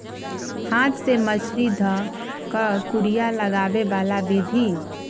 हाथ से मछरी ध कऽ कुरिया लगाबे बला विधि